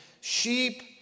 sheep